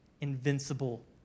invincible